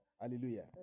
hallelujah